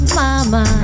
mama